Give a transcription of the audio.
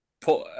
put